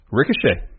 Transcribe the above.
Ricochet